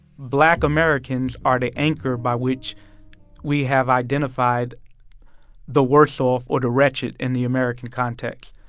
black americans are the anchor by which we have identified the worse off or the wretched in the american context.